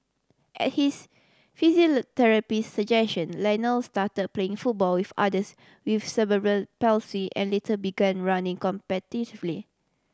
at his physiotherapist suggestion Lionel start playing football with others with cerebral palsy and later began running competitively